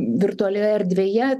virtualioje erdvėje